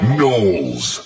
Knowles